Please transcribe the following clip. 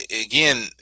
Again